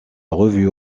revue